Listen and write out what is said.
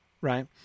right